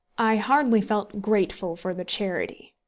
i hardly felt grateful for the charity.